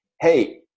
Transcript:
Hey